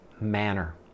manner